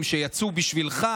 האזרחים שיצאו בשבילך